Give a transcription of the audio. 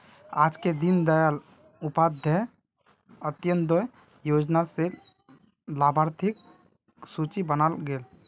आजके दीन दयाल उपाध्याय अंत्योदय योजना र लाभार्थिर सूची बनाल गयेल